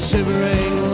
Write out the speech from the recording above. Shivering